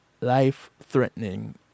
life-threatening